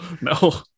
No